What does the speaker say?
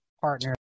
partner